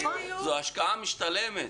זאת השקעה משתלמת.